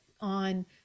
on